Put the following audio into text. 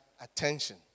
attention